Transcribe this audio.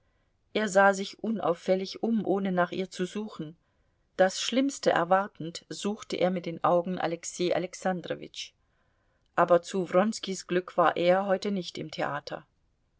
er sah sich unauffällig um ohne nach ihr zu suchen das schlimmste erwartend suchte er mit den augen alexei alexandrowitsch aber zu wronskis glück war er heute nicht im theater